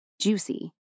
juicy